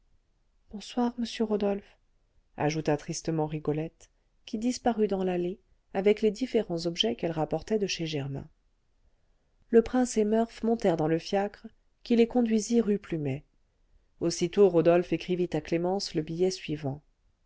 bonsoir monsieur rodolphe ajouta tristement rigolette qui disparut dans l'allée avec les différents objets quelle rapportait de chez germain le prince et murph montèrent dans le fiacre qui les conduisit rue plumet aussitôt rodolphe écrivit à clémence le billet suivant